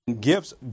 gifts